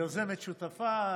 היא יוזמת, שותפה.